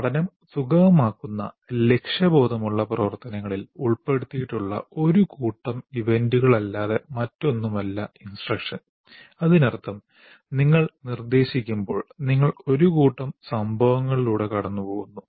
പഠനം സുഗമമാക്കുന്ന ലക്ഷ്യബോധമുള്ള പ്രവർത്തനങ്ങളിൽ ഉൾപ്പെടുത്തിയിട്ടുള്ള ഒരു കൂട്ടം ഇവന്റുകളല്ലാതെ മറ്റൊന്നുമല്ല ഇൻസ്ട്രക്ഷൻ അതിനർത്ഥം നിങ്ങൾ നിർദ്ദേശിക്കുമ്പോൾ നിങ്ങൾ ഒരു കൂട്ടം സംഭവങ്ങളിലൂടെ കടന്നുപോകുന്നു